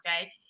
okay